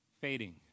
fading